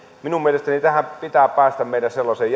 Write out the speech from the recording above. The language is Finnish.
minun mielestäni meidän pitää päästä sellaiseen